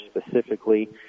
specifically